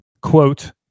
quote